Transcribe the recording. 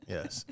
Yes